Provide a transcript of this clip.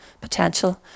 potential